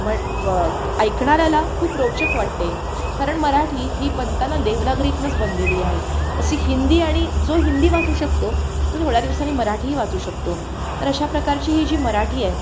म व ऐकणाऱ्याला खूप रोचक वाटते कारण मराठी ही बनताना देवनागरीतूनंच बनलेली आहे तशी हिंदी आणि जो हिंदी वाचू शकतो तो थोड्या दिवसांनी मराठीही वाचू शकतो तर अशा प्रकारची ही जी मराठी आहे